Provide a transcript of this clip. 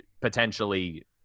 potentially